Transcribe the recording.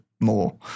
more